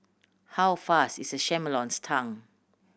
how fast is a chameleon's tongue